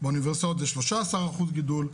באוניברסיטאות זה 13% גידול,